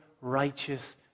righteous